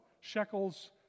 shekels